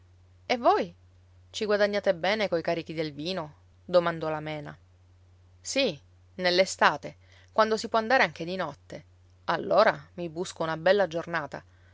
e voi ci guadagnate bene coi carichi del vino domandò la mena sì nell'estate quando si può andare anche di notte allora mi busco una bella giornata